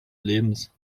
lebens